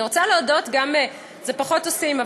את זה פחות עושים,